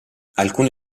alcuni